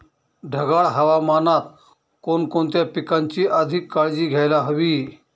ढगाळ हवामानात कोणकोणत्या पिकांची अधिक काळजी घ्यायला हवी?